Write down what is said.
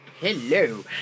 Hello